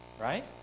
Right